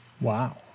Wow